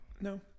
No